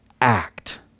act